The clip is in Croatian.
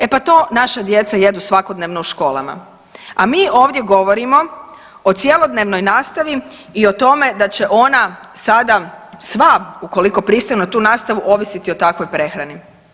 E pa to naše djeca jedu svakodnevno u školama, a mi ovdje govorimo o cjelodnevnoj nastavi i o tome da će ona sada sva ukoliko pristanu na tu nastavu ovisiti o takvoj prehrani.